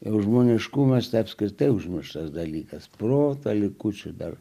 ir žmoniškumas apskritai užmirštas dalykas proto likučiai dar